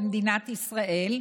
במדינת ישראל,